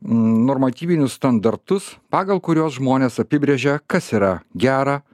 normatyvinius standartus pagal kuriuos žmonės apibrėžia kas yra gera